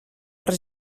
per